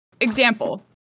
Example